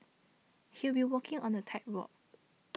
he will be walking on a tightrope